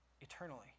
eternally